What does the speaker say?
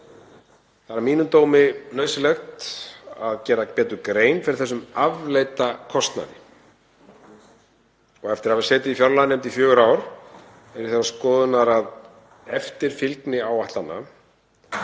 Það er að mínum dómi nauðsynlegt að gera betur grein fyrir þessum afleidda kostnaði og eftir að hafa setið í fjárlaganefnd í fjögur ár er ég þeirrar skoðunar að eftirfylgni áætlana